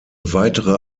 weitere